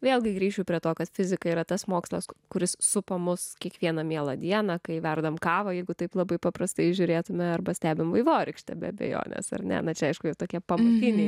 vėlgi grįšiu prie to kad fizika yra tas mokslas kuris supa mus kiekvieną mielą dieną kai verdame kavą jeigu taip labai paprastai žiūrėtumėme arba stebime vaivorykštę be abejonės ar ne čia aišku tokie pašaliniai